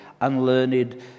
unlearned